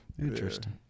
Interesting